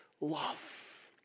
love